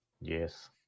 Yes